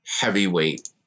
heavyweight